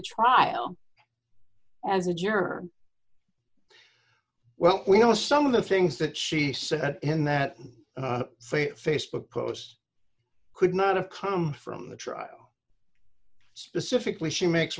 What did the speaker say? trial as a juror well we know some of the things that she said in that faith facebook post could not have come from the trial specifically she makes